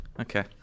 Okay